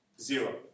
zero